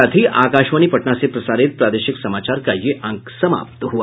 इसके साथ ही आकाशवाणी पटना से प्रसारित प्रादेशिक समाचार का ये अंक समाप्त हुआ